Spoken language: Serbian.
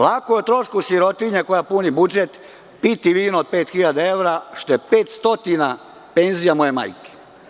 Lako je o trošku sirotinje koja puni budžet piti vino od 5.000 evra, što je 500 penzija moje majke.